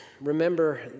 remember